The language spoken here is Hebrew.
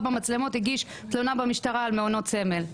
במצלמות הגיש 30% תלונות במשטרה על מעונות סמל.